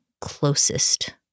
closest